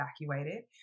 evacuated